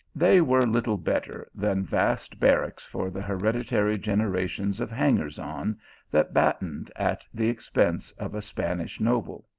they were little better than vast barracks for the hereditary generations of hangers-on that battened at the ex pense of a spanish noble.